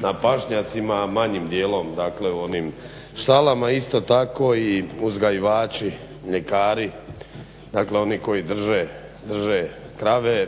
na pašnjacima, a manjim dijelom dakle u onim štalama. Isto tako i uzgajivači, mljekari, dakle oni koji drže krave